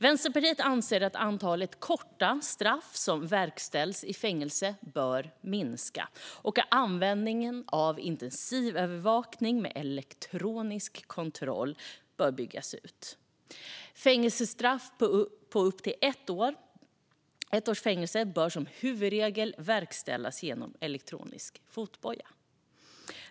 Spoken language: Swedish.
Vänsterpartiet anser att antalet korta straff som verkställs i fängelse bör minska och att användningen av intensivövervakning med elektronisk kontroll bör byggas ut. Fängelsestraff på upp till ett år bör som huvudregel verkställas genom elektronisk fotboja.